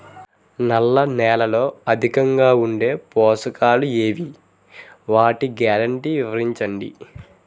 నల్ల నేలలో అధికంగా ఉండే పోషకాలు ఏవి? వాటి గ్యారంటీ వివరించండి?